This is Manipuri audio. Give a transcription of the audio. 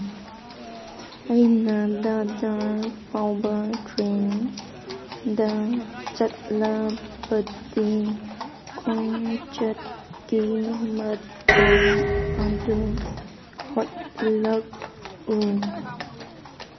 ꯑꯩꯅ ꯗꯔꯗꯔ ꯐꯥꯎꯕ ꯇ꯭ꯔꯦꯟꯗ ꯆꯠꯂꯕꯗꯤ ꯈꯣꯡꯆꯠꯀꯤ ꯃꯇꯝ ꯑꯗꯨ ꯍꯣꯠꯂꯛꯎ